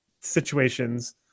situations